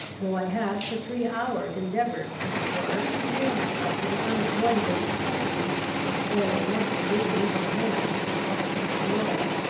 though i had for three hours endeavoured, as it were, to prepare myself for the unavoidable necessity of falling once again into the hands of the officers of law,